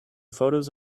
photos